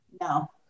No